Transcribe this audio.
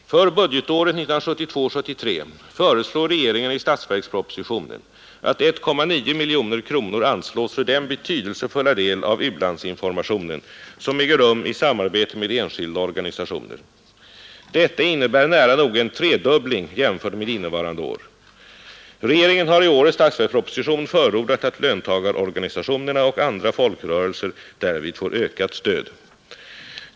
För budgetåret 1972/73 föreslår regeringen i statsverkspropositionen att 1,9 miljoner kronor anslås för den betydelsefulla del av u-landsinformationen som äger rum i samarbete med enskilda organisationer. Detta innebär nära nog en tredubbling jämfört med innevarande budgetår. Regeringen har i årets statsverksproposition förordat att löntagarorganisationerna och andra folkrörelser därvid får ökat stöd.